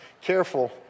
careful